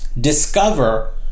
discover